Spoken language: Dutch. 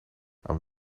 aan